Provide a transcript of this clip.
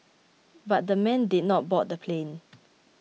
but the men did not board the plane